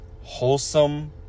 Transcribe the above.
wholesome